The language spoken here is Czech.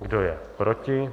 Kdo je proti?